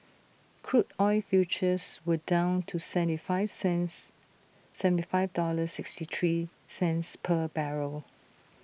crude oil futures were down to seventy five cents seventy five dollars sixty three cents per barrel